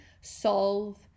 solve